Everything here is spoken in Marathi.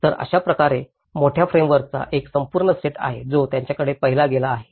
तर अशाच प्रकारे मोठ्या फ्रेमवर्कचा एक संपूर्ण सेट आहे जो त्याकडे पाहिला गेला आहे